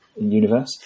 universe